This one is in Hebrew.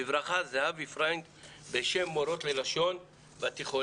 בברכה, זהבי פריינד בשם מורות ללשון בתיכונים'.